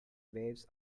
waves